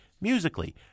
musically